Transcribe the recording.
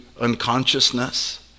unconsciousness